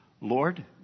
Lord